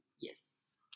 Yes